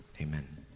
amen